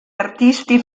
artisti